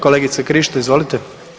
Kolegice Krišto, izvolite.